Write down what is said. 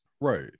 Right